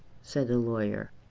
said the lawyer.